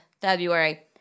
February